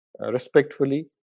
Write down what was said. Respectfully